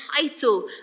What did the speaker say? title